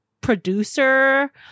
producer